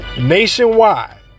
Nationwide